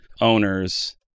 owners